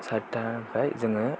सारिथानिफ्राय जोङो